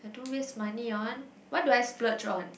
don't waste money on what do I splurge on